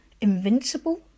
Invincible